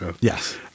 Yes